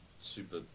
super